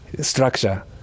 structure